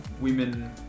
women